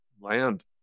land